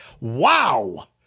Wow